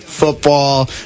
football